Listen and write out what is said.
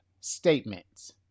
statements